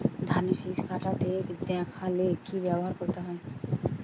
ধানের শিষ কাটতে দেখালে কি ব্যবহার করতে হয়?